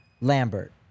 Lambert